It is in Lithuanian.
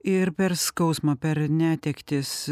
ir per skausmą per netektis